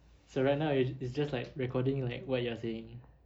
so right now it~ it's just like recording like what you are saying